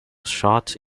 shot